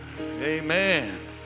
Amen